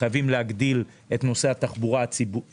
חייבים להגדיל את נושא המטרו,